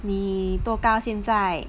你多高现在